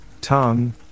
tongue